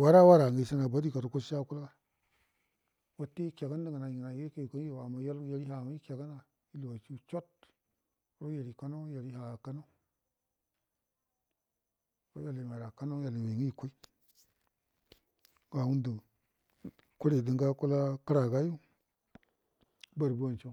wara warashingə shenəga bodi gadəko akulga wute ike gandə ngənai ngənai dyingə yari ha nga ikegan chot yari na kano wute yal unaiya kano nga yol yuwi nga ikai ga ngandə kuritə ngə akul ngundə kərangayu barguwan cho.